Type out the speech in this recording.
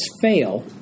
fail